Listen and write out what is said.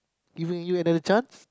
you mean you have the chance